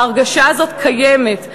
ההרגשה הזאת קיימת,